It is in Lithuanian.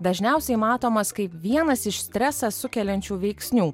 dažniausiai matomas kaip vienas iš stresą sukeliančių veiksnių